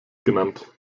genannt